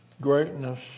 greatness